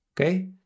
okay